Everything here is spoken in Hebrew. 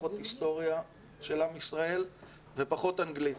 פחות היסטוריה של עם ישראל ופחות אנגלית.